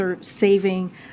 saving